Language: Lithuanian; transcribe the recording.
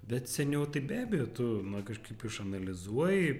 bet seniau tai be abejo tu na kažkaip išanalizuoji